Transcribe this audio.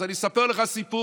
אז אני אספר לך סיפור: